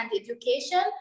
education